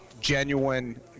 genuine